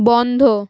বন্ধ